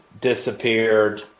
disappeared